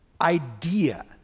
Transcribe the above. idea